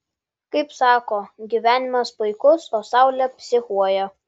kaip sako gyvenimas puikus o saulė psichuoja